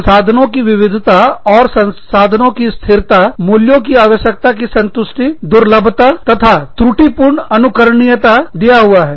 संसाधनों की विविधता और संसाधनों की स्थिरता मूल्यों की आवश्यकताओं की संतुष्टि दुर्लभता तथा त्रुटिपूर्ण अनुकरणीयता दिया हुआ है